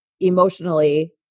emotionally